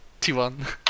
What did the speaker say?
T1